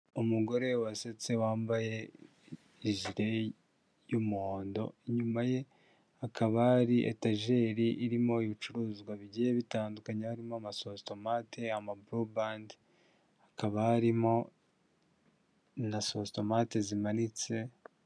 Umugore wasetse wambaye ijire y'umuhondo, inyuma ye hakaba ari etajeri irimo ibicuruzwa bigiye bitandukanye, harimo amasositomate, ama bulubandi, hakaba harimo na sositomate zimanitse.